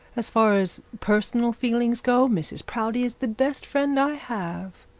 as far as personal feelings go, mrs proudie is the best friend i have.